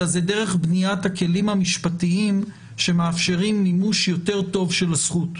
אלא זה דרך בניית הכלים המשפטיים שמאפשרים מימוש יותר טוב של הזכות.